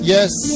Yes